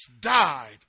died